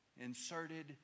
inserted